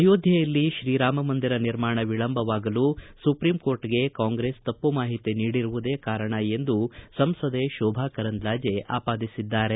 ಅಯೋಧ್ವೆಯಲ್ಲಿ ಶ್ರೀರಾಮಮಂದಿರ ನಿರ್ಮಾಣ ವಿಳಂಬವಾಗಲು ಸುಪ್ರೀಂ ಕೋರ್ಟ್ಗೆ ಕಾಂಗ್ರೆಸ್ ತಪ್ಪು ಮಾಹಿತಿ ನೀಡಿರುವುದೇ ಕಾರಣ ಎಂದು ಸಂಸದೆ ಶೋಭಾ ಕರಂದ್ಲಾಜೆ ಆಪಾದಿಸಿದ್ದಾರೆ